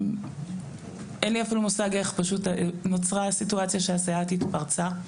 אין לי אפילו מושג איך פשוט נוצרה הסיטואציה שהסייעת התפרצה,